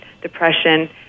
depression